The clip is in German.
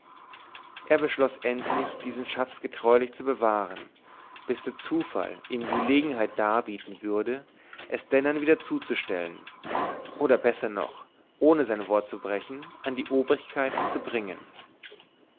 er beschloß endlich diesen schatz getreulich zu bewahren bis der zufall ihm gelegenheit darbieten würde es dennern wieder zuzustellen oder besser noch es ohne sein wort zu brechen an die obrigkeit zu bringen